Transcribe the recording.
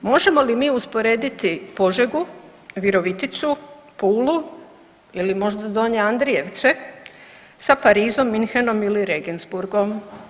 Možemo li mi usporediti Požegu, Viroviticu, Pulu ili možda Donje Andrijevce sa Parizom, Münchenom ili Regensburgom?